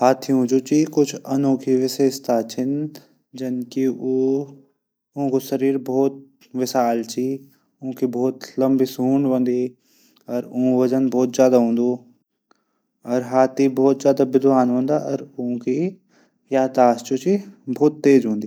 हाथियों जू छन। अनोखी विशेषताएँ छन। जनकी ऊ ऊंक शरीर बहुत विशाल च ऊकी बहुत लंबी सूंड होदी। ऊक वजन बहुत ज्यादा हूदू। अर हाथी बहुत ज्यादा विद्वान हूंदू। और ऊंकी याददाश्त बहुत तेज हूंदी।